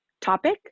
topic